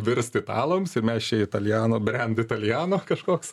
virst italams ir mes čia italiano brendataliano kažkoks